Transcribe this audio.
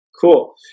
Cool